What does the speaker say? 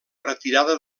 retirada